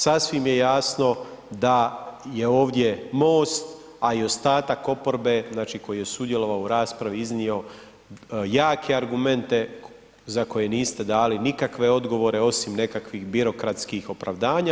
Sasvim je jasno da je ovdje MOST, a i ostatak oporbe koji je sudjelovao u raspravi, iznio jake argumente za koje niste dali nikakve odgovore, osim nekakvih birokratskih opravdanja.